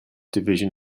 division